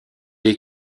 est